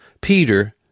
Peter